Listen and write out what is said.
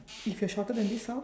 if you are shorter than this how